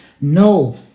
No